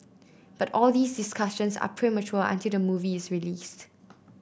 but all these discussions are premature until the movie is released